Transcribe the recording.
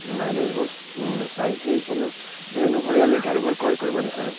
মাইলেজবোৰ চাই সেই অনু সেই অনুসৰি আমি গাড়ীবোৰ ক্ৰয় কৰিব বিচাৰোঁ